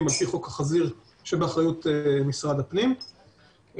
לפי חוק החזיר שבאחריות משרד הפנים,